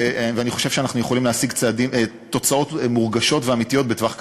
ואני חושב שאנחנו יכולים להשיג תוצאות מורגשות ואמיתיות בטווח קצר.